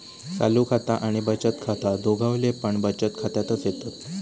चालू खाता आणि बचत खाता दोघवले पण बचत खात्यातच येतत